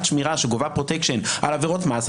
שמירה שגובה פרוטקשן על עבירות מס,